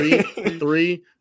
Three